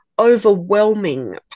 overwhelming